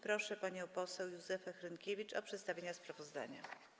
Proszę panią poseł Józefę Hrynkiewicz o przedstawienie sprawozdania.